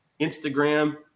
Instagram